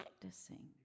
practicing